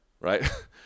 Right